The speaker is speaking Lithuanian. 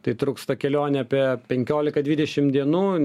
tai truks ta kelionė apie penkiolika dvidešim dienų